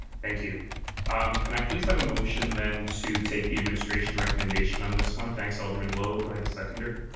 you know can i please have a motion then to take the administration recommendation on this one? thanks, alderman lowe. do i have a seconder?